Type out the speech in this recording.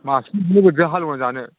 मासेजों बोरै हालेवजानो